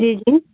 جی جی